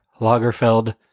Lagerfeld